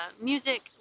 music